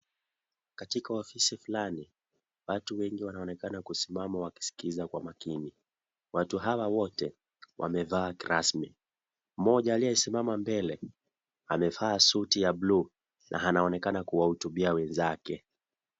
Katika ofisi flani, watu wengi wanaonekana kusimama wakiskiza kwa makini, watu hawa wote wamevaa kirasmi, mmoja aliyesismama mbele amevaa suti ya (CS)blue(CS) na anaokena kuwahutubia wenzake.